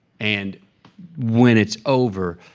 and when it's over,